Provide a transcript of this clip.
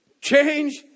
Change